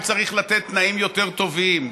לירושלים צריך לתת תנאים יותר טובים,